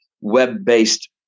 web-based